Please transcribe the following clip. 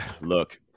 look